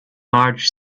marge